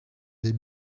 des